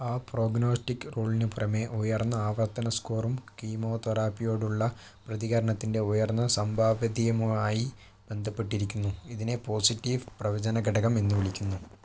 ആ പ്രൊഗ്നോസ്റ്റിക് റോളിന് പുറമെ ഉയർന്ന ആവർത്തന സ്ക്കോറും കീമോത്തറാപ്പിയോടുള്ള പ്രതികരണത്തിൻ്റെ ഉയർന്ന സംഭാവെധ്യവുമായി ബന്ധപ്പെട്ടിരിക്കുന്നു ഇതിനെ പോസിറ്റീവ് പ്രവചന ഘടകം എന്ന് വിളിക്കുന്നു